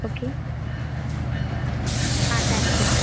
okay thank you ma'am